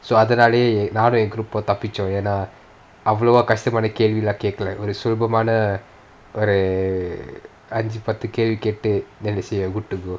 so அதுனாலயே நானும் என்:athunaalayae naanum en group உம் தப்பிச்சோம் என்ன அவ்ளோவா கஷ்டமான கேள்வியும் கேக்கல ஒரு சுலபமான ஒரு அஞ்சி பத்து கேள்வி கேட்டு:um tapichom enna avlova kastamaana kaevilaam kaekala oru sulabamaana oru anji pathu kaelvi kaetu then they say you're good to go